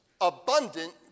abundant